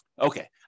Okay